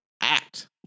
act